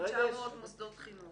יש 4,900 מוסדות חינוך.